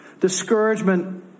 Discouragement